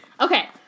Okay